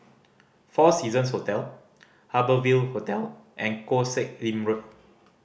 Four Seasons Hotel Harbour Ville Hotel and Koh Sek Lim Road